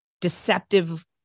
deceptive